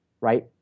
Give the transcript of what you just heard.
right